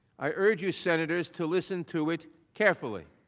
i urge you senators to listen to it carefully.